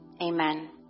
amen